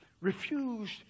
refused